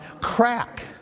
Crack